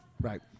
Right